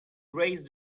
raised